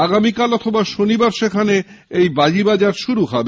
আগামীকাল অথবা শনিবার সেখানে বাজি বাজার শুরু হবে